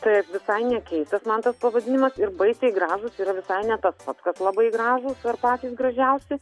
taip visai nekeistas man tas pavadinimas ir baisiai gražūs yra visai ne tas pats kas labai gražūs ar patys gražiausi